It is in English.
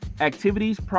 activities